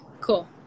cool